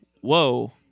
Whoa